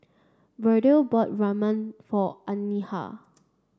Verdell bought Rajma for Anahi